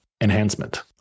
enhancement